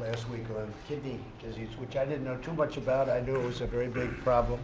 last week on kidney disease, which i didn't know too much about. i knew it was a very big problem.